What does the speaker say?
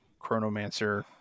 Chronomancer